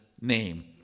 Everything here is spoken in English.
name